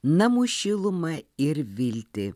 namų šilumą ir viltį